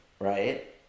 right